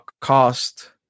cost